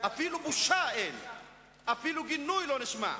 אפילו בושה אין, אפילו גינוי לא נשמע,